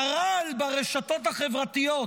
הרעל ברשתות החברתיות,